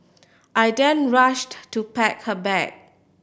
I then rushed to pack her bag